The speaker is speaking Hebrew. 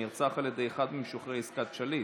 נרצח על ידי אחד ממשוחררי עסקת שליט,